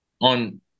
on